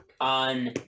on